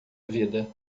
vida